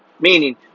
Meaning